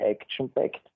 action-packed